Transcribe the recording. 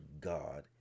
God